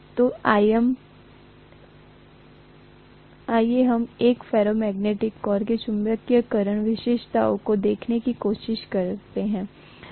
तो आइए हम एक फेरोमैग्नेटिक कोर के चुंबकीयकरण विशेषताओं को देखने की कोशिश करते हैं